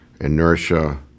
inertia